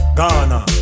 Ghana